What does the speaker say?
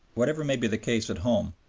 whatever may be the case at home,